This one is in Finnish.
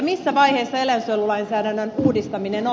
missä vaiheessa eläinsuojelulainsäännön uudistaminen on